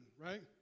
right